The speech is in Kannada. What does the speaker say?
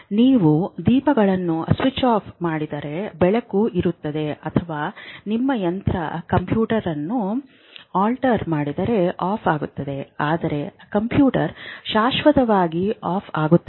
ನೀವು ದೀಪಗಳನ್ನು ಸ್ವಿಚ್ ಆಫ್ ಮಾಡಿದರೆ ಬೆಳಕು ಇರುತ್ತದೆ ಅಥವಾ ನಿಮ್ಮ ಯಂತ್ರ ಕಂಪ್ಯೂಟರ್ ಅನ್ನು ಅನ್ಪ್ಲಗ್ ಮಾಡಿದರೆ ಆಫ್ ಆಗುತ್ತದೆ ಆದರೆ ಕಂಪ್ಯೂಟರ್ ಶಾಶ್ವತವಾಗಿ ಆಫ್ ಆಗುತ್ತದೆಯೇ